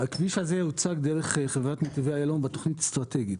הכביש הזה הוצג דרך חברת נתיבי איילון בתכנית האסטרטגית,